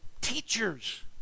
teachers